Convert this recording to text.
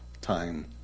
time